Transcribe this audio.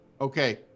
Okay